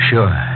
Sure